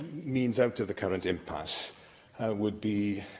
means out of the current impasse would be